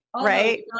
right